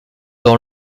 dans